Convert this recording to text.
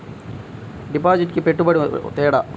డిపాజిట్కి పెట్టుబడికి తేడా?